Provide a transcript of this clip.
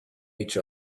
each